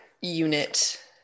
unit